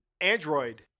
Android